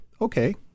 Okay